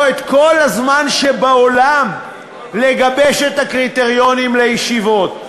כל הזמן שבעולם לגבש את הקריטריונים לישיבות.